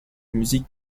musique